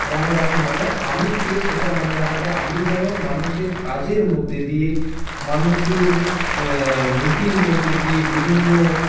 মনে রাখে মানে আমি কে সেটা মনে রাখাতে আমি যেন মানুষের কাজের মধ্যে নিয়ে মানুষের নীতির মধ্যে দিয়ে বিভিন্ন